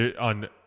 on